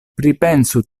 pripensu